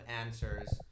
answers